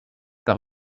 par